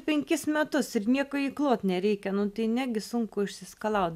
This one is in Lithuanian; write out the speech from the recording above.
penkis metus ir nieko įklot nereikia nu tai negi sunku išsiskalaut